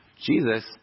Jesus